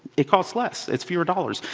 it costs less. it's fewer dollars.